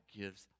gives